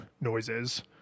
noises